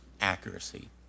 accuracy